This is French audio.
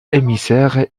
émissaire